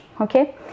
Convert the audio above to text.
Okay